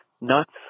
nuts